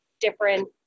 different